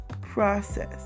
process